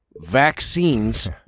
vaccines